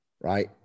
right